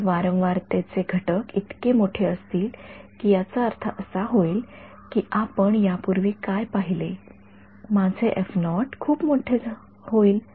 जर वारंवारतेचे घटक इतके मोठे असतील की याचा अर्थ असा होईल की आपण यापूर्वी काय पाहिले माझे खूप मोठे होईल